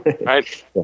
Right